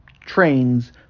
trains